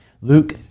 Luke